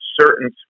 certain